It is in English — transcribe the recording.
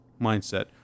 mindset